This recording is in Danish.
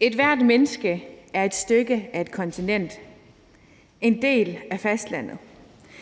ethvert menneske er et stykke af kontinentet, en del af fastlandet;